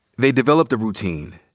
they developed a routine.